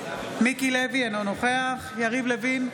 מיקי לוי, אינו נוכח יריב לוין,